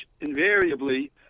invariably